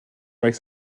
avec